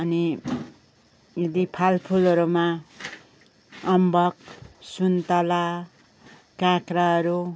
अनि यदि फलफुलहरूमा अम्बक सुन्ताला काँक्राहरू